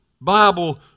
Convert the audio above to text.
Bible